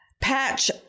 patch